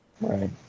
Right